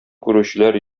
күрүчеләр